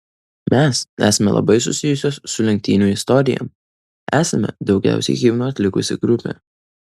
mes esame labai susijusios su lenktynių istorija esame daugiausiai himnų atlikusi grupė